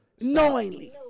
knowingly